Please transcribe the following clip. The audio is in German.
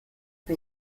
wie